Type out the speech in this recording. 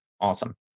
Awesome